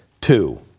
Two